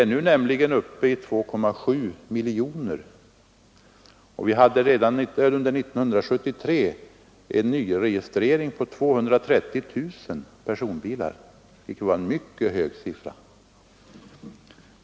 Vi är nämligen nu uppe i 2,7 miljoner personbilar, och vi hade redan under 1973 en nyregistrering av 230 000 personbilar, vilket är en mycket hög siffra.